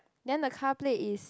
then the car plate is